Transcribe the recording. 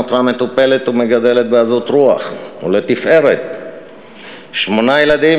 נותרה מטופלת ומגדלת בעזות רוח ולתפארת שמונה ילדים,